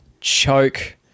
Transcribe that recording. choke